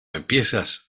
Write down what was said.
empiezas